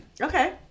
Okay